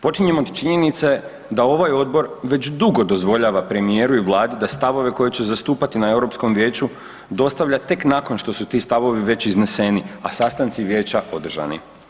Počinjemo od činjenica da ovaj odbor već dugo dozvoljava premijeru i Vladi da stavove koje će zastupati na Europskom vijeću dostavlja tek nakon što su ti stavovi već izneseni, a sastanci Vijeća održani.